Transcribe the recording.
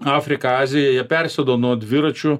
afrika azija jie persėdo nuo dviračių